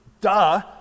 duh